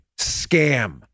scam